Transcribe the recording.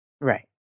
Right